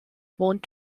vont